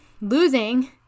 losing